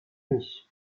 nuit